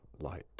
light